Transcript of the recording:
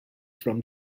for